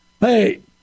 Hey